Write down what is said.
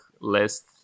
list